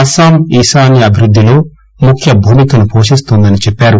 అస్సాం ఈశాన్య అభివృద్దిలో ముఖ్య భూమికను పోషిస్తుందని అన్నారు